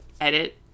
edit